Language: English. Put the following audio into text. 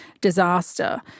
disaster